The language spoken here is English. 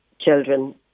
children